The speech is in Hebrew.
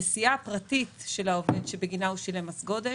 נסיעה פרטית של העובד שבגינה הוא שילם מס גודש,